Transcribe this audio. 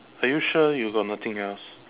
are you sure you got nothing else